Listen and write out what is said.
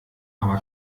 aber